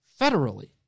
federally